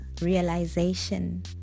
realization